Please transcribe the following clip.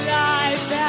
life